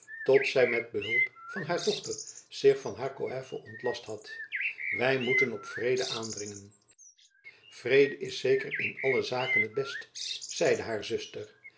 tot zy met behulp harer dochter zich van haar coëffe ontlast had wy moeiten op vrede aandringen vrede is zeker in alle zaken het best zeide haar